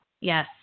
Yes